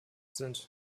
sind